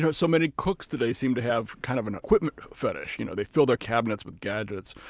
but so many cooks today seem to have kind of an equipment fetish you know they fill their cabinets with gadgets.